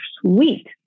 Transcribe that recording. sweet